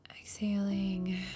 exhaling